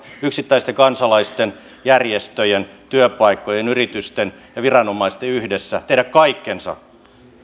yksittäisten kansalaisten järjestöjen työpaikkojen yritysten ja viranomaisten yhdessä pitää tehdä kaikkensa